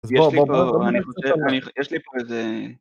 בוא בוא בוא אני חוזר יש לי פה איזה